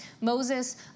Moses